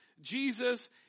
Jesus